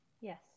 Yes